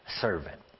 servant